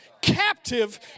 captive